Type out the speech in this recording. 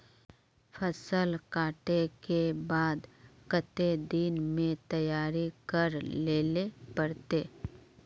फसल कांटे के बाद कते दिन में तैयारी कर लेले पड़ते?